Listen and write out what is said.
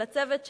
לצוות שלי,